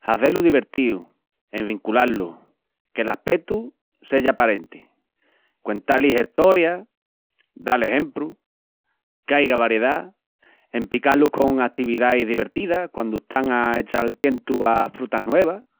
Haze-lu divertíu. Enviculal-lus. Que'l aspetu seya aparenti. Cuentá-lis estórias. Dal exempru. Qu'aiga variedá. Empicá-lus con atividais divertías quandu están a echal tientu a frutas nuevas.